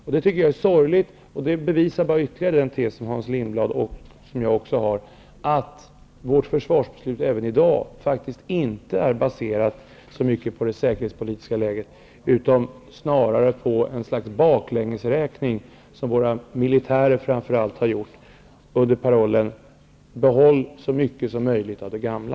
Jag tycker att det är sorgligt -- och det bevisar ytterligare Hans Lindblads och min tes -- att dagens försvarsbeslut inte är baserat på det säkerhetspolitiska läget utan snarare på ett slags baklängesräkning, som framför allt våra militärer har gjort, under parollen ''behåll så mycket som möjligt av det gamla''.